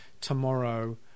tomorrow